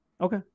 Okay